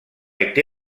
été